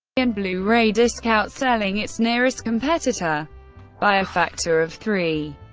and blu-ray disc, outselling its nearest competitor by a factor of three.